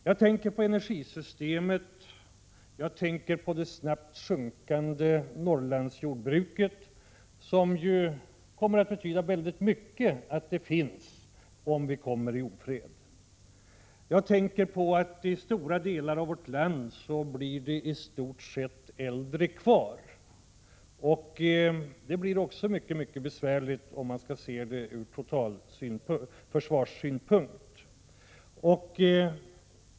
Jag tänker på energisystemet och även på det snabbt minskande Norrlandsjordbruket, som skulle vara av stor betydelse om vi skulle komma i ofred. Jag tänker på att i stora delar av vårt land finns det i stort sett endast äldre människor kvar. Det kan bli mycket besvärligt om vi skall se det ur försvarssynpunkt.